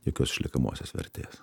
jokios išliekamosios vertės